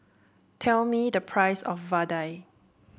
tell me the price of Vadai